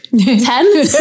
Ten